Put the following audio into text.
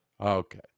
Okay